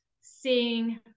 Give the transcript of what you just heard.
seeing